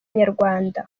inyarwanda